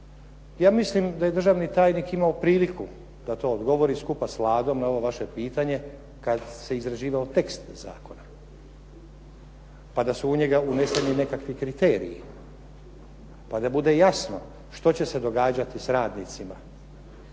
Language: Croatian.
Ja mislim da je državni tajnik imao priliku da to odgovori skupa s Vladom na ovo vaše pitanje kad se izrađivao tekst zakona, pa da su u njega uneseni nekakvi kriteriji, pa da bude jasno što će se događati s radnicima.